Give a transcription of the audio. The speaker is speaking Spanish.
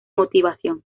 motivación